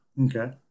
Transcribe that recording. Okay